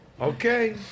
Okay